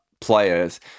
players